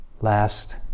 Last